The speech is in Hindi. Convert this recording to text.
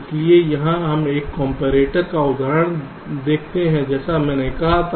इसलिए यहां हम एक कॉम्परेटर का उदाहरण दिखाते हैं जैसा मैंने कहा था